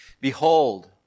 Behold